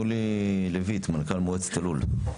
מולי לויט, מנכ"ל מועצת הלול.